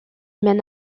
mène